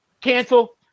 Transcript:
cancel